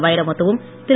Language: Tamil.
வைரமுத்துவும் திரு